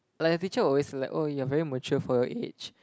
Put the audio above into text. like the teacher will always like oh you are very mature for your age